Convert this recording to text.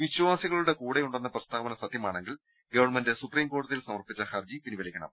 വിശ്വാസിക ളുടെ കൂടെയുണ്ടെന്ന പ്രസ്താവന സത്യമാണെങ്കിൽ ഗവൺമെന്റ് സുപ്രീം കോടതിയിൽ സമർപ്പിച്ച ഹർജി പിൻവലിക്കണം